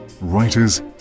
writers